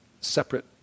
separate